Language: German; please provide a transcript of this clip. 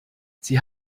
sie